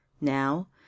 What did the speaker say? Now